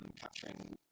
capturing